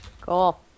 Cool